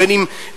בין אם בשירותים,